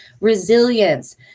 resilience